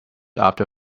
after